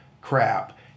crap